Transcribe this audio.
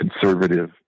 conservative